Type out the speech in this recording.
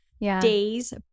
days